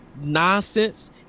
nonsense